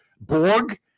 Borg